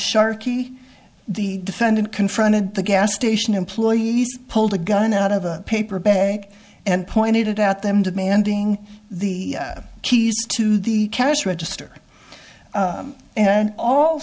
sharkey the defendant confronted the gas station employees pulled a gun out of a paper bag and pointed it out them demanding the keys to the cash register and all